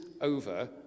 over